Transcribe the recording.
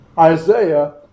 Isaiah